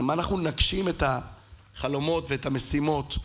אם אנחנו נגשים את החלומות והמשימות,